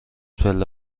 پله